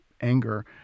anger